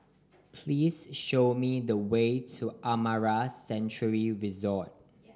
please show me the way to Amara Sanctuary Resort